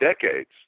decades